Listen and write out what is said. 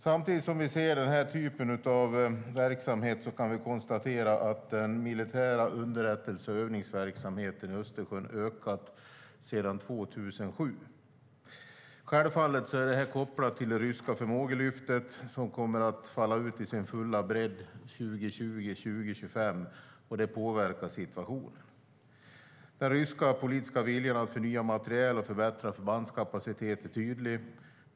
Samtidigt som vi ser den här typen av verksamhet kan vi konstatera att den militära underrättelse och övningsverksamheten i Östersjön ökat sedan 2007. Självfallet är detta kopplat till det ryska förmågelyftet, som kommer att falla ut i sin fulla bredd 2020-2025. Detta påverkar situationen. Den ryska politiska viljan att förnya materiel och förbättra förbandskapacitet är tydlig.